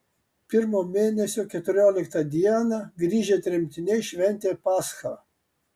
pirmo mėnesio keturioliktą dieną grįžę tremtiniai šventė paschą